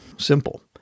simple